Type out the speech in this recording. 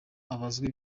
abazwa